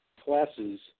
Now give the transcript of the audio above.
classes